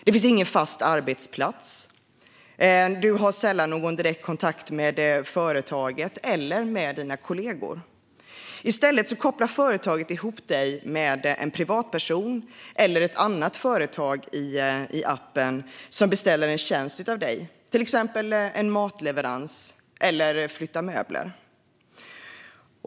Det finns ingen fast arbetsplats, och du har sällan någon direkt kontakt med företaget eller med dina kollegor. I stället kopplar företaget ihop dig med en privatperson eller ett annat företag i en app som beställer en tjänst av dig, till exempel en matleverans eller att flytta möbler.